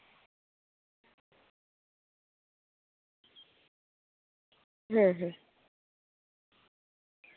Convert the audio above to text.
ᱦᱩᱸ ᱦᱩᱸ